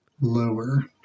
Lower